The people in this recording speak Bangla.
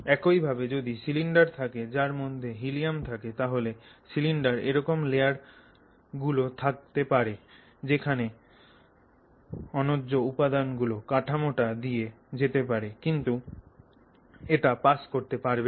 একই ভাবে যদি সিলিন্ডার থাকে যার মধ্যে হীলিয়াম্ থাকে তাহলে সিলিন্ডারে এরকম লেয়ার গুলো থাকতে পারে যেখানে অন্য উপাদান গুলো কাঠামো টা দিয়ে যেতে পারে কিন্তু এটা পাস করতে পারবে না